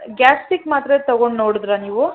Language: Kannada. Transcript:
ಗ್ಯಾಸ್ಟ್ರಿಕ್ ಮಾತ್ರೆ ತೊಗೊಂಡು ನೋಡಿದ್ರಾ ನೀವು